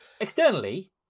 externally